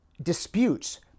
disputes